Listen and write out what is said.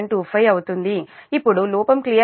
25 అవుతుంది ఇప్పుడు లోపం క్లియర్ అయిన తర్వాత K2 0